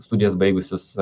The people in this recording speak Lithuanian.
studijas baigusius